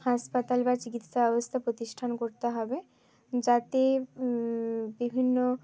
হাসপাতাল বা চিকিৎসা ব্যবস্থা প্রতিষ্ঠা করতে হবে যাতে বিভিন্ন